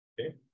okay